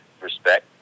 respect